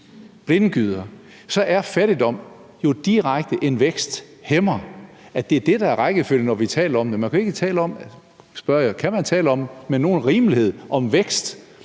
blindgyder, så er fattigdom jo direkte en væksthæmmer. Det er det, der er rækkefølgen, når vi taler om det. Kan man med nogen rimelighed tale om vækst,